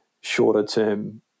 shorter-term